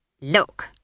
Look